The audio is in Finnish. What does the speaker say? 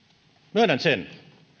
myönnän sen